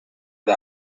der